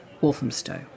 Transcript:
Walthamstow